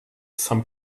some